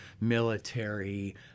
military